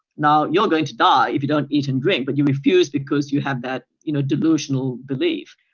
now, you're going to die if you don't eat and drink but you refuse because you have that you know delusional belief.